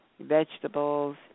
vegetables